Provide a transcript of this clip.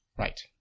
Right